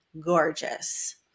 gorgeous